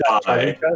die